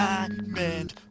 Diamond